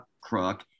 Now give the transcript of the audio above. Crook